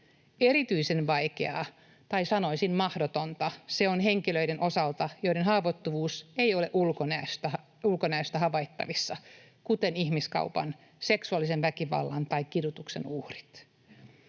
Erityisen vaikeaa tai, sanoisin, mahdotonta se on henkilöiden osalta, joiden haavoittuvuus ei ole ulkonäöstä havaittavissa, kuten ihmiskaupan, seksuaalisen väkivallan tai kidutuksen uhrit.